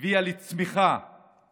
הביאה לצמיחה